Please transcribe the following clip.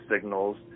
signals